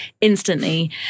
instantly